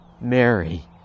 Mary